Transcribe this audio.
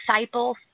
disciples